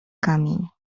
kamień